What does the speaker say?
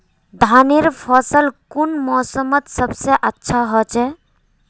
धानेर फसल कुन मोसमोत सबसे अच्छा होचे?